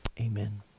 Amen